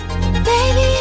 Baby